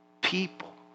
people